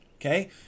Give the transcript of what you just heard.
okay